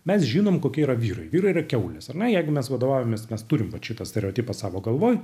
mes žinom kokie yra vyrai vyrai ir kiaulės ar ne jeigu mes vadovaujamės mes turim vat šitą stereotipą savo galvoj